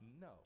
No